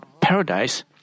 paradise